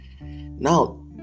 now